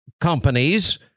companies